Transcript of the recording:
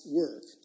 work